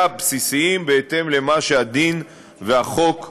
בסיסיים בהתאם למה שהדין והחוק מחייבים.